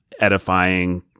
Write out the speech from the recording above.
edifying